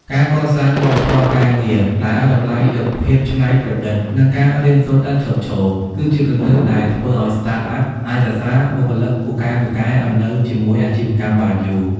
ការកសាងវប្បធម៌ការងារដែលឱ្យតម្លៃលើភាពច្នៃប្រឌិត និងការរៀនសូត្រឥតឈប់ឈរ គឺជាគន្លឹះដែលធ្វើឱ្យ Startup អាចរក្សាបុគ្គលិកពូកែៗឱ្យនៅជាមួយអាជីវកម្មបានយូរ។